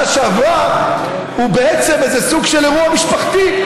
שעברה הוא בעצם סוג של אירוע משפחתי,